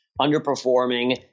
underperforming